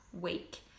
week